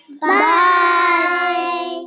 Bye